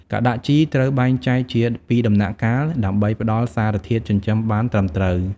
ការដាក់ជីត្រូវបែងចែកជាពីរដំណាក់កាលដើម្បីផ្តល់សារធាតុចិញ្ចឹមបានត្រឹមត្រូវ។